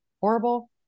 horrible